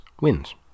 wins